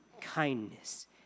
kindness